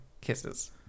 kisses